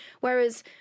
Whereas